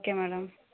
okay madam